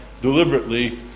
deliberately